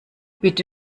bitte